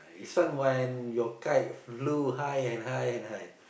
it's fun when your kite flew high and high and high